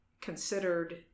considered